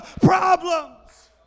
problems